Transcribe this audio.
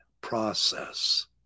process